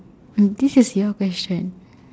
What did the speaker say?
um this is your question